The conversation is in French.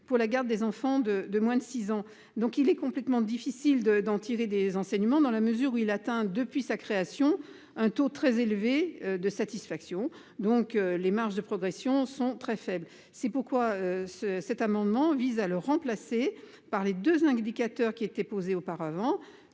pour la garde des enfants de moins de 6 ans. Il est difficile d’en tirer des enseignements, dans la mesure où il atteint depuis sa création un taux très élevé de satisfaction : les marges de progression sont très faibles. Cet amendement vise donc à remplacer cet indicateur par les deux indicateurs qui étaient posés auparavant